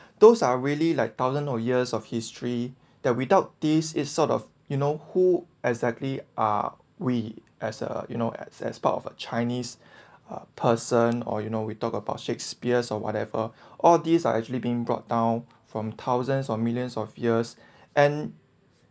those are really like thousands of years of history that without this is sort of you know who exactly are we as a you know as as part of a chinese person or you know we talk about shakespeare's or whatever all these are actually being brought down from thousands of millions of years and